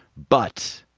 but.